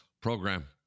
program